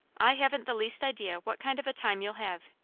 i haven't the least idea what kind of a time you'll have,